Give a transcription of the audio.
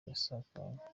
yasakaye